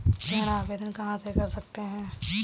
ऋण आवेदन कहां से कर सकते हैं?